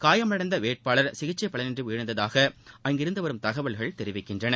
காயமடைந்த வேட்பாளர் சிகிச்சை பலனின்றி உயிரிழந்ததாக அங்கிருந்து வரும் தகவல்கள் தெரிவிக்கின்றன